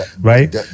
right